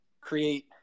create